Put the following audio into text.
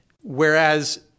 whereas